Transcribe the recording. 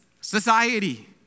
society